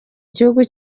igihugu